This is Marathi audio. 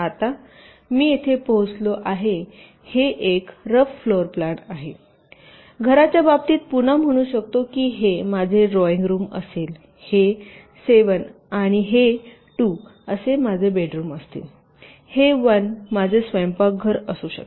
आता मी येथे पोचलो आहे एक रफ फ्लोरप्लान आहे तर घराच्या बाबतीत पुन्हा म्हणू शकतो की हे माझे ड्रॉईंग रूम असेल हे 7 आणि हे 2 असे माझे बेडरूम असतील हे 1 माझे स्वयंपाकघर असू शकते